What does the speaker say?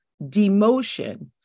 demotion